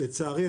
לצערי,